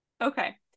Okay